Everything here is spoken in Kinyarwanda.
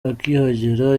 akihagera